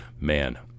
man